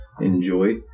enjoy